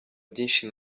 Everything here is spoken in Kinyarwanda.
byinshi